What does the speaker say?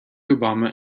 obama